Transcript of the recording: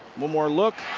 one more look.